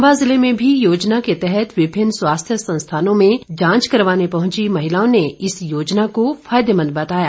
चम्बा जिले में भी योजना के तहत विभिन्न स्वास्थ्य संस्थानों में जांच करवाने पहुंची महिलाओं ने इस योजना को फायदेमंद बताया